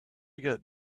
got